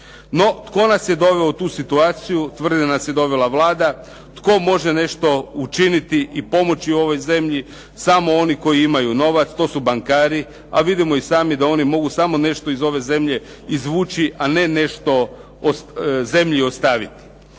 No, tko nas je doveo u situaciju? Tvrdim da nas je dovela Vlada. Tko može nešto učiniti i pomoći ovoj zemlji? Samo oni koji imaju novac, to su bankari. A vidimo i sami da oni mogu samo nešto iz ove zemlje izvući, a ne nešto zemlji ostaviti.